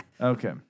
Okay